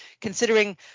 considering